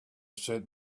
said